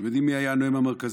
אתם יודעים מי היה הנואם המרכזי?